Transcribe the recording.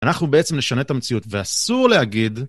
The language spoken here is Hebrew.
אנחנו בעצם נשנה את המציאות, ואסור להגיד...